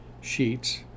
Sheets